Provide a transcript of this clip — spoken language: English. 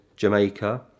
Jamaica